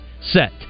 set